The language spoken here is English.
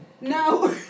No